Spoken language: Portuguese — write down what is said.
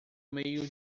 meio